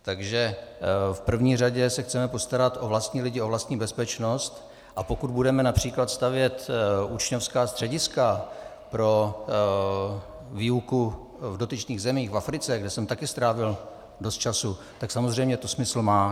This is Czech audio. Takže v první řadě se chceme postarat o vlastní lidi, o vlastní bezpečnost, a pokud budeme například stavět učňovská střediska pro výuku v dotyčných zemích, v Africe, kde jsem také strávil dost času, tak samozřejmě to smysl má.